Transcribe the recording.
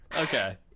Okay